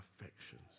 affections